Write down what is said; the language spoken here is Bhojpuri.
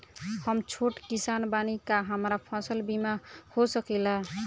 हम छोट किसान बानी का हमरा फसल बीमा हो सकेला?